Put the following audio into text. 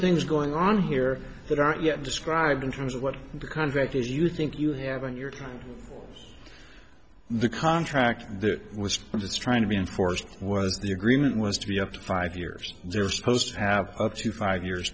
things going on here that aren't yet described in terms of what the contract is you think you have in your case the contract that was just trying to be enforced was the agreement was to be up to five years they're supposed to have up to five years